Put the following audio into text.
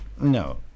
No